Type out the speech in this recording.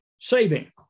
saving